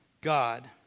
God